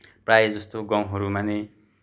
प्रायः जस्तो गाउँहरूमा नै